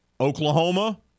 Oklahoma